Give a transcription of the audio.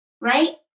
right